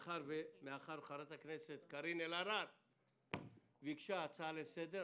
מאחר וחברת הכנסת קארין אלהרר ביקשה הצעה לסדר,